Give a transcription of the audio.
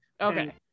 Okay